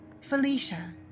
Felicia